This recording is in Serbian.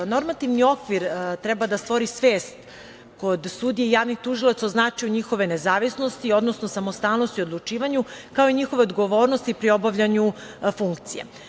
Normativni okvir treba da stvori svest kod sudija i javnih tužilaca u značaju njihove nezavisnosti, odnosno samostalnosti odlučivanja, kao i njihove odgovornosti pri obavljanju funkcija.